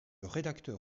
rédacteur